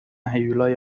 هیولای